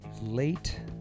late